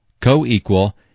co-equal